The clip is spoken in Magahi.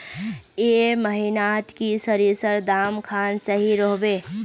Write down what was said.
ए महीनात की सरिसर दाम खान सही रोहवे?